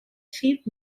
chief